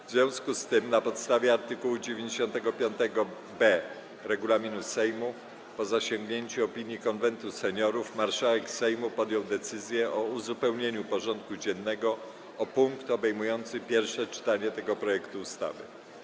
W związku z tym, na podstawie art. 95b regulaminu Sejmu, po zasięgnięciu opinii Konwentu Seniorów, marszałek Sejmu podjął decyzję o uzupełnieniu porządku dziennego o punkt obejmujący pierwsze czytanie tego projektu ustawy.